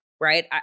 right